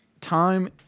Time